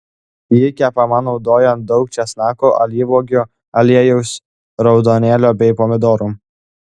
ji kepama naudojant daug česnakų alyvuogių aliejaus raudonėlio bei pomidorų